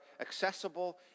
accessible